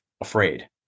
afraid